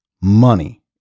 money